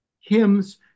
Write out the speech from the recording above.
hymns